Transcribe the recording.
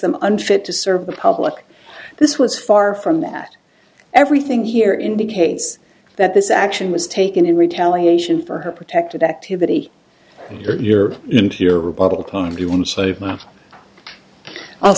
unfit to serve the public this was far from that everything here indicates that this action was taken in retaliation for her protected activity you're into your rebuttal time you want save my i'll